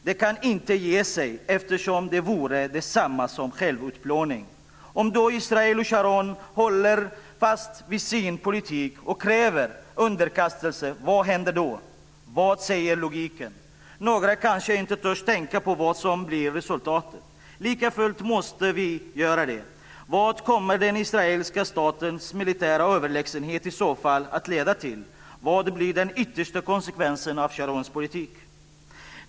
Det kan inte ge sig eftersom det vore detsamma som självutplåning. Om Israel och Sharon håller fast vid sin politik och kräver underkastelse, vad händer då? Vad säger logiken? Några kanske inte törs tänka på vad som blir resultatet. Likafullt måste vi göra det. Vad kommer den israeliska statens militära överlägsenhet i så fall att leda till? Vad blir den yttersta konsekvensen av Sharons politik?